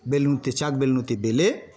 বেলুনিতে বেলুনিতে বেলে